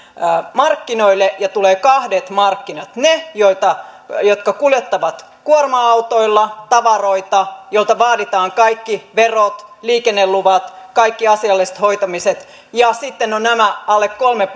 markkinoille ja tulee kahdet markkinat ne jotka kuljettavat kuorma autoilla tavaroita joilta vaaditaan kaikki verot liikenneluvat kaikki asialliset hoitamiset ja sitten nämä alle kolme